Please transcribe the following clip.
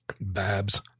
Babs